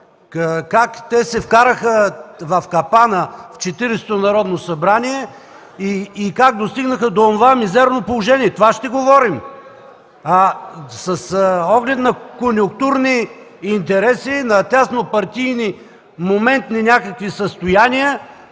как те се вкараха в капана в Четиридесетото Народно събрание и как достигнаха до онова мизерно положение. (Реплики от КБ.) Това ще говорим. С оглед на конюнктурни интереси, на тясно партийни моментни някакви състояния,